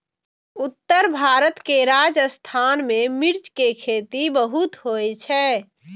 उत्तर भारत के राजस्थान मे मिर्च के खेती बहुत होइ छै